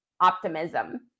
optimism